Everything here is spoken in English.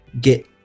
get